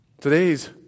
Today's